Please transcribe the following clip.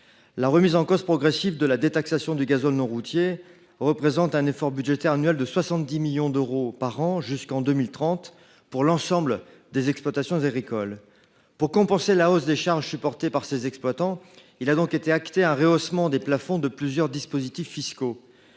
La remise en cause progressive de la détaxation du gazole non routier représente un effort budgétaire annuel de 70 millions d’euros par an jusqu’en 2030 pour l’ensemble des exploitations agricoles. Pour compenser la hausse des charges supportées par les exploitants, un rehaussement des plafonds de plusieurs dispositifs fiscaux